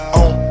on